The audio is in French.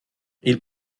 ils